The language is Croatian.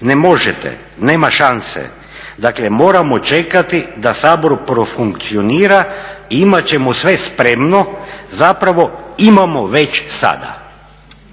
Ne možete, nema šanse, dakle moramo čekati da Sabor profunkcionira i imat ćemo sve spremno, zapravo imamo već sada".